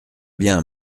bien